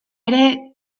ere